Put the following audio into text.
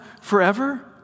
forever